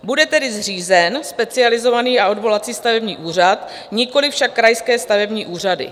Bude tedy zřízen Specializovaný a odvolací stavební úřad, nikoli však krajské stavební úřady.